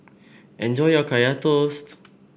enjoy your Kaya Toast